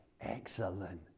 Excellent